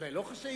אולי לא חשאי?